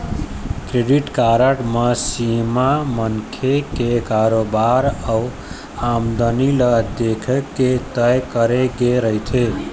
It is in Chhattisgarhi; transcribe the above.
क्रेडिट कारड म सीमा मनखे के कारोबार अउ आमदनी ल देखके तय करे गे रहिथे